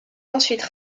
ensuite